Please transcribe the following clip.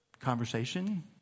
conversation